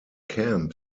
camp